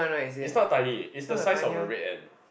is not tiny is the size of a red ant